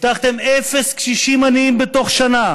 הבטחתם אפס קשישים עניים בתוך שנה,